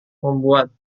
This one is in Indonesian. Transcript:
membuatku